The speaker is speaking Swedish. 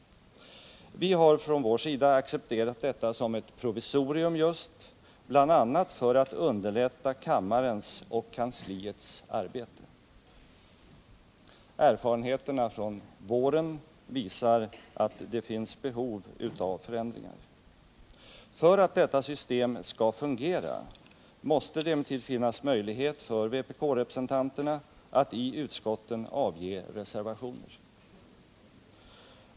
Vi har från vår sida accepterat detta just som ett provisorium, bl.a. för att underlätta kammarens och kansliets arbete. Erfarenheterna från våren visar att det finns behov av förändringar. För att detta system skall fungera måste det emellertid finnas möjlighet för vpk-representanterna att i utskotten avge reservationer.